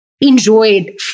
enjoyed